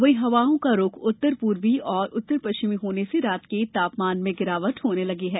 वहीं हवाओं का रूख उत्तर पूर्वी और उत्तर पश्चिमी होने से रात के तापमान में गिरावट होने लगी है